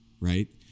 Right